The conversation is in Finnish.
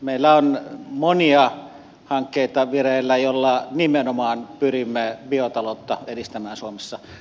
meillä on monia hankkeita vireillä joilla nimenomaan pyrimme biotaloutta edistämään suomessa